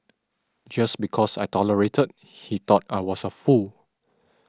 just because I tolerated he thought I was a fool